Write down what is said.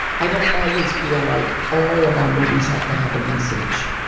i don't always feel like all of our movies have to have a message.